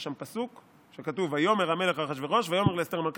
יש שם פסוק שכתוב: "ויאמר המלך אחשורוש ויאמר לאסתר המלכה".